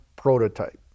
prototype